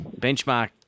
benchmark